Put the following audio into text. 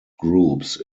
groups